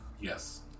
Yes